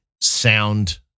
sound